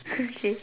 okay